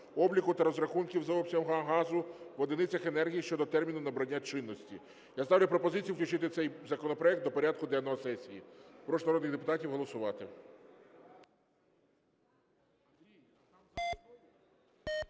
обліку та розрахунків за обсягом газу в одиницях енергії (щодо терміну набрання чинності). Я ставлю пропозицію включити цей законопроект до порядку денного сесії. Прошу народних депутатів голосувати.